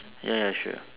ya ya sure